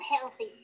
healthy